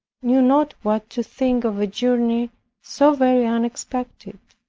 knew not what to think of a journey so very unexpected,